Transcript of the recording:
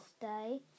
day